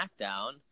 SmackDown